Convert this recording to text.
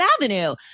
Avenue